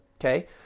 okay